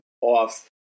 off